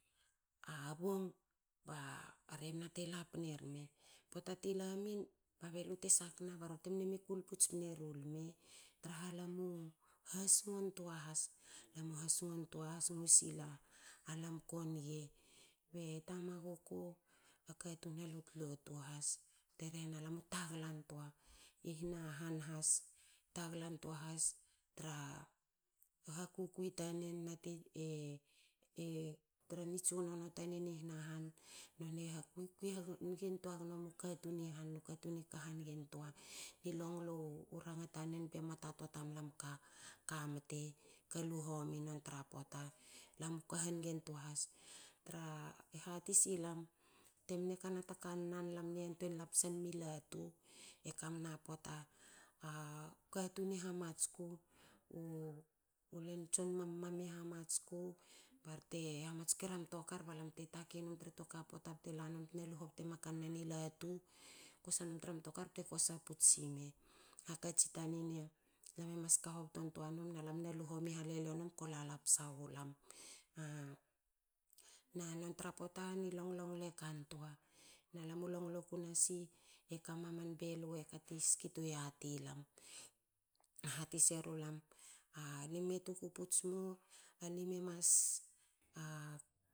A bong ba rehna te lapne rme. Pota te lamin ba belu te sagna ba rori temne me kulpu spne ru mle tra lam u hasongo tua has. Lam u hasngo tua hasingo sil alam ko nge. Be tamaguku a katun a lotlotu has bte rhena lamu taglan toa ahan has taglan tua has tra hakukui tanen. Nate tra ni tsunono tanen i hanahan noni e hakukui engentoa mu katun i han. Katun i ka hangentua. I longlo u ranga tanen be muata toa tamlam ka mte. ka lu homi. non tra pota. Lam u kahangentoa has tra e hati si lam tem ne kana ta kan nan, a lam mne yantue lapsa num i latu. E kam na pota a katun e hamatsku u u len tson mammam i hamatsku bar te hamansku e ra mto kar ba lam te takei num tra toa ku a pota bte lanum bna lu hobto em ma kanan i latu kosa num tra mtokar bte kosa puts i me. Hakatsin tanin lam e mas ka hobtontoa num. a lam nalu homi halelio num.